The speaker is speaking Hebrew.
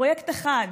פרויקט אחד: